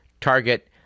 Target